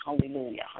hallelujah